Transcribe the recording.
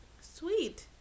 Sweet